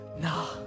nah